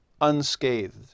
unscathed